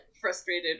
frustrated